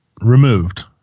removed